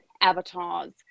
avatars